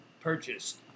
purchased